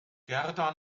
gerda